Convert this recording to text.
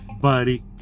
buddy